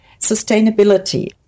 sustainability